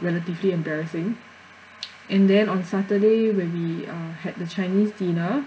relatively embarrassing and then on saturday when we uh had the chinese dinner